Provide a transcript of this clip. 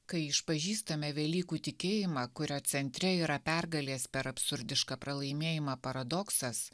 kai išpažįstame velykų tikėjimą kurio centre yra pergalės per absurdišką pralaimėjimą paradoksas